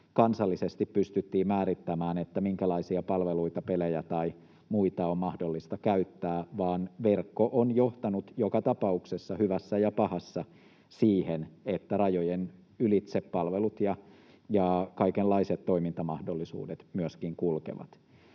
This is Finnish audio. kansallisesti pystyttiin määrittämään, minkälaisia palveluita, pelejä tai muita on mahdollista käyttää, vaan verkko on johtanut joka tapauksessa, hyvässä ja pahassa, siihen, että palvelut ja kaikenlaiset toimintamahdollisuudet kulkevat